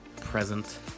present